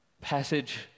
passage